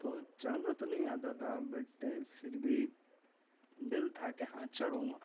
تو چڑھنا تو نہیں آتا تھا بٹ پھر بھی دل تھا کہ ہاں چڑھوں گا